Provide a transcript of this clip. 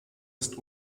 ist